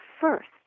first